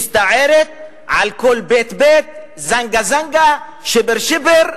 מסתערת על כל "בית, בית, זנגה זנגה, שיבר שיבר",